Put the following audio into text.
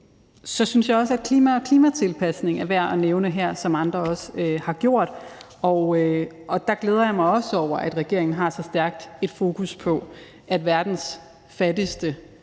Så synes jeg også, at klima og klimatilpasning er værd at nævne her, som andre også har gjort. Der glæder jeg mig også over, at regeringen har så stærkt et fokus på, at verdens fattigste